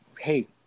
hey